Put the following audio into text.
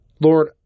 Lord